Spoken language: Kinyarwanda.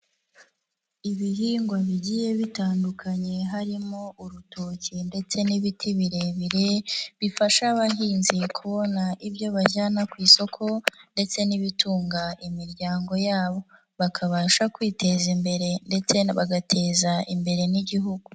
Ibihingwa bigiye bitandukanye harimo urutoki ndetse n'ibiti birebire, bifasha abahinzi kubona ibyo bajyana ku isoko ndetse n'ibitunga imiryango yabo, bakabasha kwiteza imbere ndetse bagateza imbere n'Igihugu.